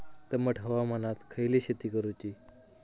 दमट हवामानात खयली शेती करूची?